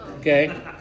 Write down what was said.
Okay